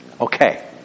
Okay